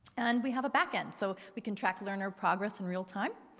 and we have a back end, so we can track learner progress in real time.